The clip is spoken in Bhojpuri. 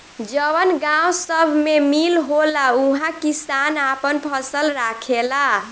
जवन गावं सभ मे मील होला उहा किसान आपन फसल राखेला